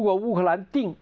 will i think